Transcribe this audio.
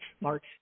March